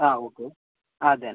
ആ ഓക്കെ ആ അതുതന്നെ